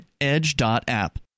Edge.app